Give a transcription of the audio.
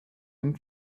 und